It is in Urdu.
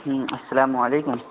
ہوں السلام علیکم